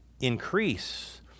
increase